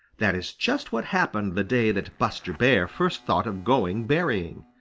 that is just what happened the day that buster bear first thought of going berrying.